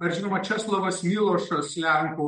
na ir žinoma česlovas milošas lenkų